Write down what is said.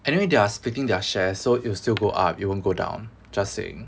anyway they're splitting their share so it'll still go up it won't go down just saying